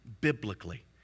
biblically